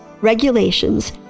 regulations